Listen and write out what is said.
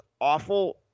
awful